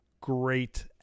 great